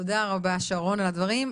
תודה רבה לך שרון רופא אופיר על הדברים.